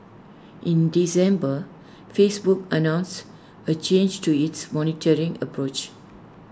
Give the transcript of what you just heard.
in December Facebook announced A change to its monitoring approach